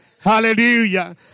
Hallelujah